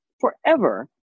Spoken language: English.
forever